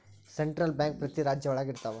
central bank ಪ್ರತಿ ರಾಜ್ಯ ಒಳಗ ಇರ್ತವ